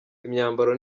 imyambaro